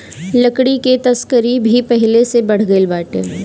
लकड़ी के तस्करी भी पहिले से बढ़ गइल बाटे